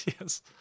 Yes